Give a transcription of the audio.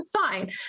fine